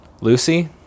Lucy